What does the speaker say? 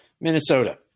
Minnesota